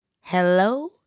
hello